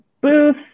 Booth